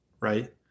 Right